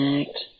act